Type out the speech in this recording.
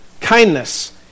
kindness